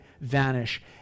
vanish